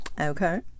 Okay